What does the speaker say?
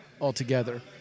altogether